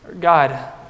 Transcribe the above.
God